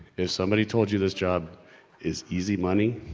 if somebody told you this job is easy money.